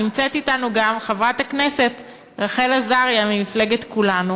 נמצאת אתנו גם חברת הכנסת רחל עזריה ממפלגת כולנו,